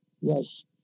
Yes